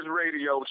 radio